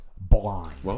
Blind